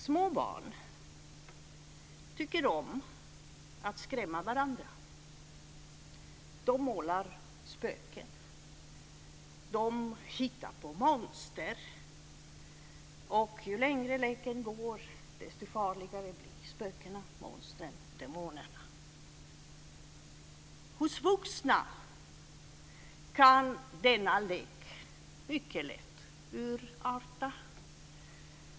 Små barn tycker om att skrämma varandra. De målar upp spöken. De hittar på monster. Ju längre leken pågår desto farligare blir spökena, monstren och demonerna. Hos vuxna kan denna lek mycket lätt urarta.